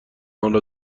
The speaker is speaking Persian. آنرا